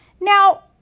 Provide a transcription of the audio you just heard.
Now